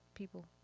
people